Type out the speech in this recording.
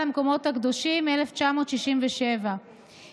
אין ספק שבעת הזו,